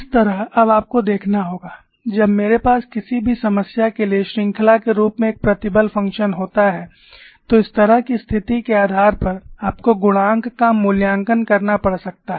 किस तरह अब आपको देखना होगा जब मेरे पास किसी भी समस्या के लिए श्रृंखला के रूप में एक प्रतिबल फंक्शन होता है तो इस तरह की स्थिति के आधार पर आपको गुणांक का मूल्यांकन करना पड़ सकता है